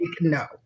no